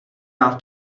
vám